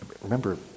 Remember